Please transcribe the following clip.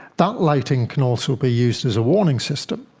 that lighting can also be used as a warning system.